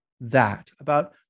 that—about